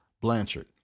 Blanchard